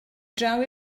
draw